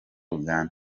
uganda